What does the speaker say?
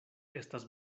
estas